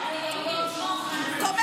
אתם לא צריכים להיות בכנסת ישראל.